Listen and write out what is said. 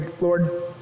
Lord